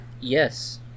Yes